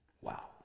Wow